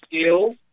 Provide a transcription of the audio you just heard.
skills